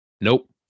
Nope